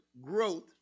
growth